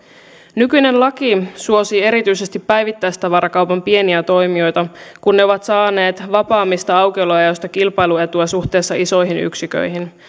nykyinen laki suosii erityisesti päivittäistavarakaupan pieniä toimijoita kun ne ovat saaneet vapaammista aukioloajoista kilpailuetua suhteessa isoihin yksiköihin